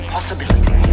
Possibility